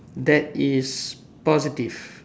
that is positive